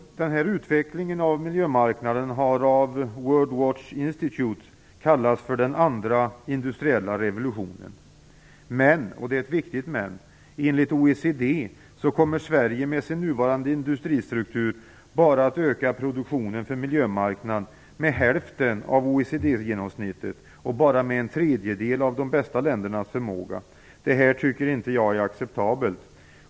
Utvecklingen av miljömarknaden har av World Watch Institute kallats för den andra industriella revolutionen. Men - och det är ett viktigt "men" - enligt OECD kommer Sverige med sin nuvarande industristruktur bara att öka produktionen för miljömarknaden med hälften av OECD-genomsnittet och bara med en tredjedel av de bästa ländernas förmåga. Detta är inte acceptabelt.